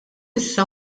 issa